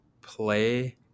play